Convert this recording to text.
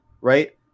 right